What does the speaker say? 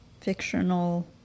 fictional